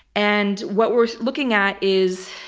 and what we're looking at is